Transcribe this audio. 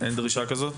אין דרישה כזאת?